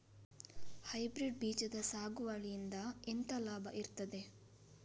Hybrid ಬೀಜದ ಸಾಗುವಳಿಯಿಂದ ಎಂತ ಲಾಭ ಇರ್ತದೆ?